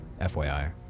FYI